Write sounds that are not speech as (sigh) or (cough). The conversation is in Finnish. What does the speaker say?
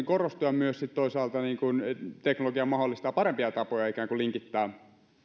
(unintelligible) korostuu toisaalta sitten myös teknologia mahdollistaa parempia tapoja ikään kuin linkittää